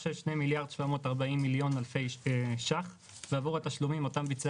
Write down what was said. של 2 מיליארד ו-740 מיליון שקלים בעבור התשלומים אותם ביצע